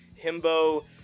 Himbo